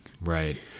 right